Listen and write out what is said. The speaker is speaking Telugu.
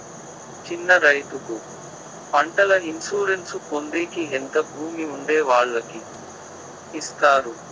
చిన్న రైతుకు పంటల ఇన్సూరెన్సు పొందేకి ఎంత భూమి ఉండే వాళ్ళకి ఇస్తారు?